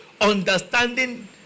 understanding